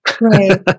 Right